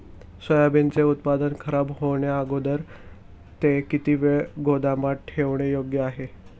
सोयाबीनचे उत्पादन खराब होण्याअगोदर ते किती वेळ गोदामात ठेवणे योग्य आहे?